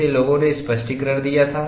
इसे लोगों ने स्पष्टीकरण दिया है